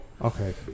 Okay